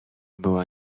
była